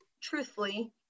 truthfully